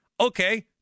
Okay